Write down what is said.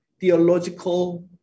theological